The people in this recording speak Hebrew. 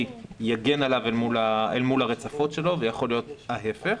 יגן עליו אל מול הרצפות ויכול להיות ההיפך.